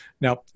Now